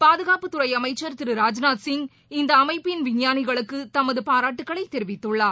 பாதுகாப்புத்துறைஅமைச்சா் திரு ராஜ்நாத்சிங் இந்தஅமைப்பின் விஞ்ஞானிகளுக்குதமதுபாராட்டுகளைதெரிவித்துள்ளார்